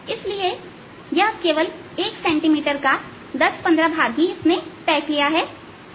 इसलिए यह केवल 1 सेंटीमीटर का 10 15 भाग ही तय किया है